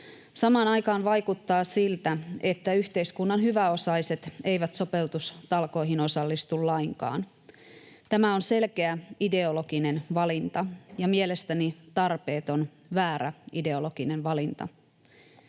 Samaan aikaan vaikuttaa siltä, että yhteiskunnan hyväosaiset eivät sopeutustalkoihin osallistu lainkaan. Tämä on selkeä ideologinen valinta ja mielestäni tarpeeton, väärä ideologinen valinta.